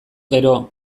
gero